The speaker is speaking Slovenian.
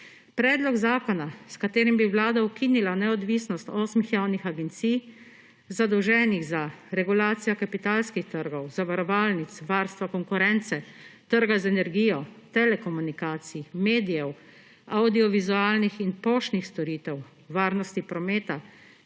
Predlog zakona, s katerim bi Vlada ukinila neodvisnost osmih javnih agencij, zadolženih za regulacijo kapitalskih trgov, zavarovalnic, varstva konkurence, trga z energijo, telekomunikacij, medijev, audiovizualnih in poštnih storitev, varnosti prometa,